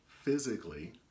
physically